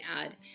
add